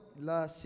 la